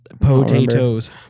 potatoes